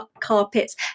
carpets